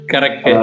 Correct